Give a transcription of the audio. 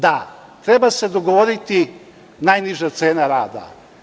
Da, treba se dogovoriti najniža cena rada.